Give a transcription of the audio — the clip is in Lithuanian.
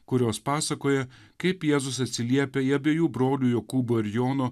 kurios pasakoja kaip jėzus atsiliepia į abiejų brolių jokūbo ir jono